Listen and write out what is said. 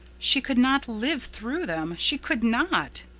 she could not live through them she could not!